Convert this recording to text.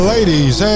Ladies